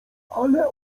ale